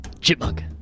Chipmunk